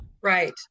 Right